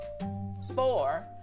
Four